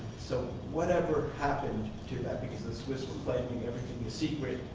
so whatever happened to that, because the swiss were claiming everything is secret,